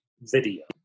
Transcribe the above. video